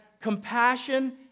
compassion